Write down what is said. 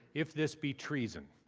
if this be treason.